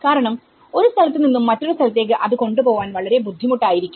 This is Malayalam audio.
കാരണം ഒരു സ്ഥലത്തുനിന്നും മറ്റൊരു സ്ഥലത്തേക്ക് അത് കൊണ്ടുപോവാൻ വളരെ ബുദ്ധിമുട്ടായിരിക്കും